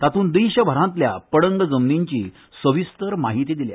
तातूंत देशभरांतल्या पडंग जमनींची सविस्तर माहिती दिल्या